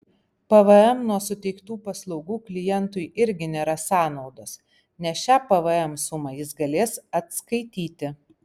pvm nuo suteiktų paslaugų klientui irgi nėra sąnaudos nes šią pvm sumą jis galės atskaityti